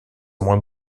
moins